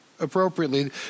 Appropriately